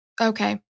Okay